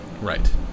right